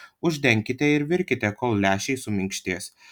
uždenkite ir virkite kol lęšiai suminkštės